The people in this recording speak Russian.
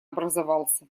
образовался